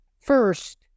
First